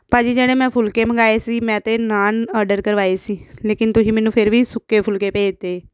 ਭਾਅ ਜੀ ਜਿਹੜੇ ਮੈਂ ਫੁਲਕੇ ਮੰਗਵਾਏ ਸੀ ਮੈਂ ਤਾਂ ਨਾਨ ਆਡਰ ਕਰਵਾਏ ਸੀ ਲੇਕਿਨ ਤੁਸੀਂ ਮੈਨੂੰ ਫਿਰ ਵੀ ਸੁੱਕੇ ਫੁੱਲਕੇ ਭੇਜਤੇ